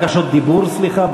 סליחה,